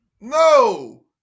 No